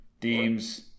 Deems